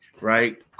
Right